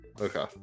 Okay